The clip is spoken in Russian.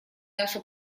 наши